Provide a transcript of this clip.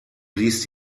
blies